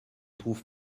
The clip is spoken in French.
trouve